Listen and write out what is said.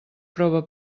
prova